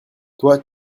toi